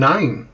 Nine